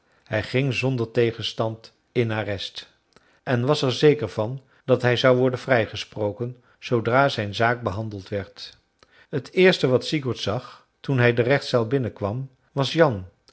hij ging zonder tegenstand in arrest en was er zeker van dat hij zou worden vrijgesproken zoodra zijn zaak behandeld werd t eerste wat sigurd zag toen hij de rechtszaal binnen kwam was jan